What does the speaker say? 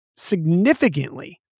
significantly